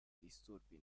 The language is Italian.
disturbi